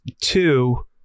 two